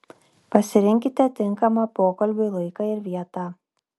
pasirinkite tinkamą pokalbiui laiką ir vietą